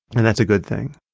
and that's a good thing.